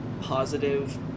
positive